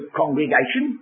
congregation